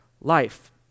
life